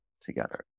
together